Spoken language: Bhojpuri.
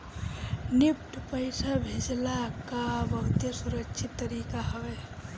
निफ्ट पईसा भेजला कअ बहुते सुरक्षित तरीका हवे